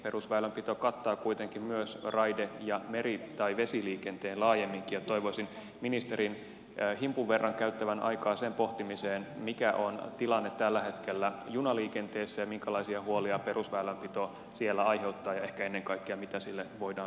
perusväylänpito kattaa kuitenkin myös raide ja meri tai vesiliikenteen laajemminkin ja toivoisin ministerin himpun verran käyttävän aikaa sen pohtimiseen mikä on tilanne tällä hetkellä junaliikenteessä ja minkälaisia huolia perusväylänpito siellä aiheuttaa ja ehkä ennen kaikkea mitä sille voidaan vielä tehdä